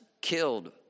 killed